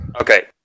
Okay